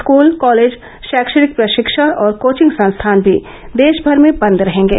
school college शैक्षणिक प्रशिक्षण और कोचिंग संस्थान भी देशभर में बंद रहेंगे